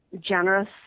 generous